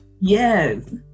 Yes